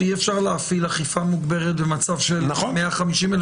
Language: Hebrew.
אי אפשר להפעיל אכיפה מוגברת במצב של 150,000